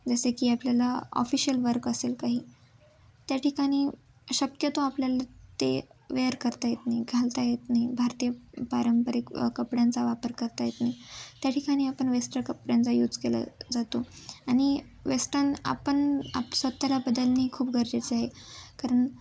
जसे की आपल्याला ऑफिशियल वर्क असेल काही त्या ठिकाणी शक्यतो आपल्याला ते वेअर करता येत नाही घालता येत नाही भारतीय पारंपरिक कपड्यांचा वापर करता येत नाही त्या ठिकाणी आपण वेस्टन कपड्यांचा यूज केला जातो आणि वेस्टन आपण आपण स्वतःला बदलणे खूप गरजेचे आहे कारण